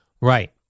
Right